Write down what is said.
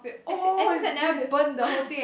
oh is it